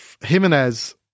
Jimenez